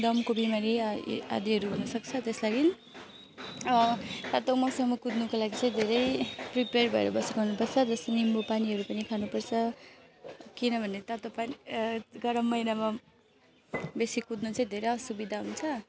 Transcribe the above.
दमको बिमारी ए आ आदिहरू हुनुसक्छ त्यस लागि तातो मौसममा कुद्नुको लागि चाहिँ धेरै प्रिपेयर भएर बसेको हुनुपर्छ जस्तो निम्बु पानीहरू पनि खानुपर्छ किनभने तातो पानी गरम महिनामा बेसी कुदनु चाहिँ धेरै असुविधा हुन्छ